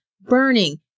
burning